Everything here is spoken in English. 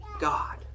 God